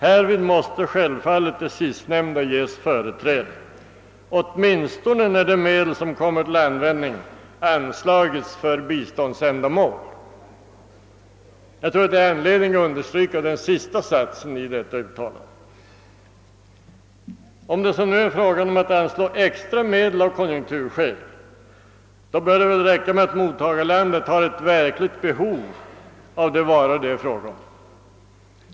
Härvid måste självfallet de sistnämnda ges företräde, åtminstone när de medel som kommer till användning anslagits för biståndsändamål.» Jag tror det finns anledning att un derstryka den sista satsen i detta uttalande. Om det, som nu, är fråga om att av konjunkturskäl anslå extra medel, bör det väl räcka med att mottagarlandet har ett verkligt behov av de varor det gäller.